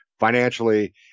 financially